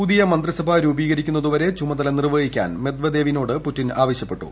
പുതിയ മന്ത്രിസഭ രൂപീകരിക്കുന്നതുവരെ ചുമതല നിർവഹിക്കാൻ മെദ്വദേവിനോട് പുടിൻ ആവശ്യപ്പെട്ടു